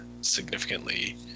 significantly